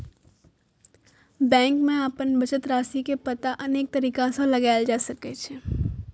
bank मे अपन बचत राशिक पता अनेक तरीका सं लगाएल जा सकैए